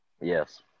Yes